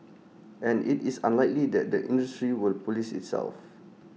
and IT is unlikely that the industry will Police itself